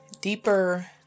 deeper